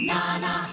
Nana